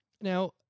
Now